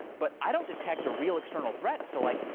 but i don't detect a real external threat, so, like,